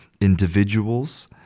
individuals